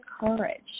courage